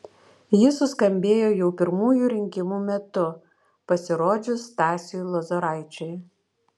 ji suskambėjo jau pirmųjų rinkimų metu pasirodžius stasiui lozoraičiui